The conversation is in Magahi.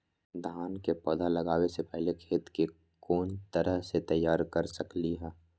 धान के पौधा लगाबे से पहिले खेत के कोन तरह से तैयार कर सकली ह?